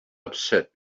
upset